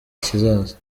kizaza